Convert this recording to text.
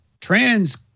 trans